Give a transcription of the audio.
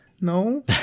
No